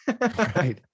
Right